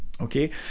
okay